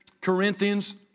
Corinthians